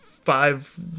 Five